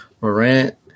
Morant